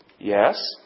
Yes